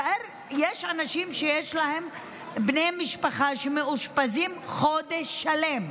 יש אנשים שיש להם בני משפחה שמאושפזים חודש שלם,